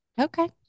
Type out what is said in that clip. Okay